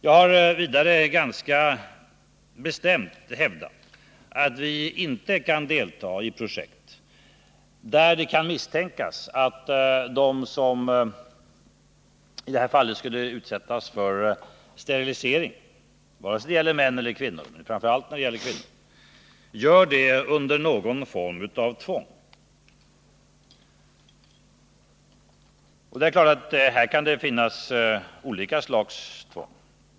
Jag har vidare ganska bestämt hävdat att vi inte kan delta i projekt där det kan misstänkas att de som skulle utsättas för sterilisering — vare sig det gäller män eller kvinnor men framför allt när det gäller kvinnor — gör det under någon form av tvång. Här kan det finnas olika slags tvång.